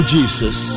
Jesus